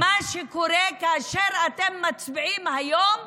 מה קורה, כאשר אתם מצביעים היום,